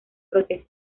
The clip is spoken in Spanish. protesta